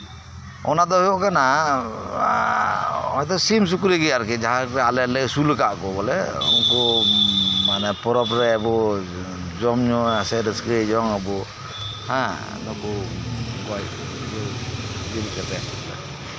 ᱚᱱᱟ ᱫᱚ ᱦᱩᱭᱩᱜ ᱠᱟᱱᱟ ᱥᱤᱢ ᱥᱩᱠᱨᱤ ᱟᱨᱠᱤ ᱟᱞᱮ ᱞᱮ ᱟᱹᱥᱩᱞ ᱠᱟᱜ ᱠᱚ ᱵᱚᱞᱮ ᱱᱩᱠᱩ ᱜᱚᱡ ᱡᱤᱞ ᱠᱟᱛᱮᱜ ᱟᱵᱚ ᱯᱚᱨᱚᱵᱽ ᱨᱮ ᱢᱟᱱᱮ ᱟᱵᱚ ᱡᱚᱢ ᱧᱩ ᱥᱮ ᱨᱟᱹᱥᱠᱟᱹ ᱡᱚᱝ ᱟᱵᱚ